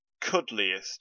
cuddliest